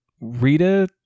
Rita